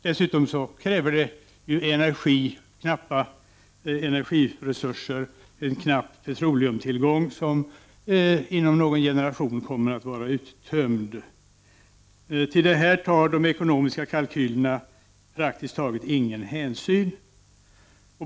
Dessutom kräver de ju energiresurser — en knapp petroleumtillgång som inom någon generation kommer att vara uttömd. Till detta tar de ekonomiska kalkylerna praktiskt taget ingen hänsyn.